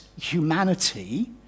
humanity